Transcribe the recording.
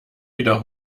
wieder